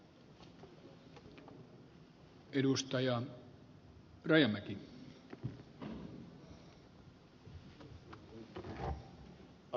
arvoisa puhemies